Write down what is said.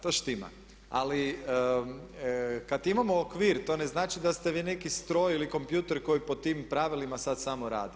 To štima ali kad imamo okvir to ne znači da ste vi neki stroj ili kompjuter koji pod tim pravilima sad samo radi.